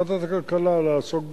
ועדת הכלכלה תעסוק בזה.